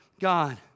God